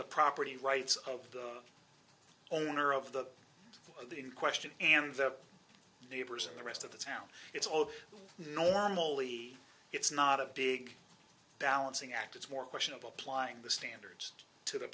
the property rights of the owner of the in question and the neighbors and the rest of the town it's all normally it's not a big balancing act it's more questionable applying the standards to th